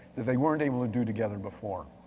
that they weren't able to do together before.